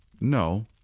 No